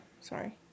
sorry